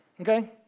Okay